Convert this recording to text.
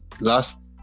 last